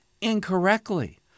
incorrectly